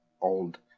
old